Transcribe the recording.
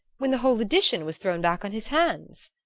when the whole edition was thrown back on his hands?